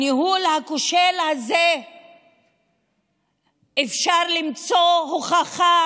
לניהול הכושל הזה אפשר למצוא הוכחה